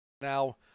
Now